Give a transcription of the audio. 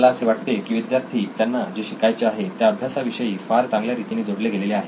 मला असे वाटते की विद्यार्थी त्यांना जे शिकायचे आहे त्या अभ्यासाविषयी फार चांगल्या रीतीने जोडले गेलेले आहेत